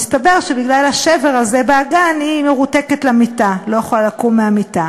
מסתבר שבגלל השבר הזה באגן היא מרותקת למיטה ולא יכולה לקום מהמיטה.